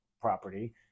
property